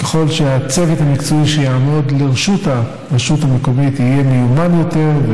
וככל שהצוות המקצועי שיעמוד לרשות הרשות המקומית יהיה מיומן יותר,